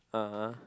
(uh huh)